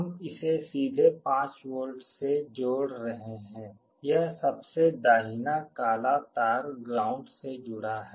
हम इसे सीधे 5V से जोड़ रहे हैं यह सबसे दाहिना काला तार ग्राउंड से जुड़ा है